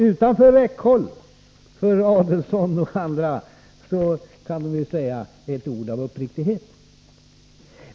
Utom räckhåll för Adelsohn och andra kan de säga ett ord av uppriktighet.